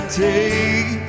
take